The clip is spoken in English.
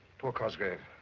poor cosgrave,